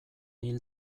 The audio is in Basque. hil